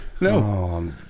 No